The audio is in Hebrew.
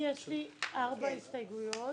יש לי ארבע הסתייגויות.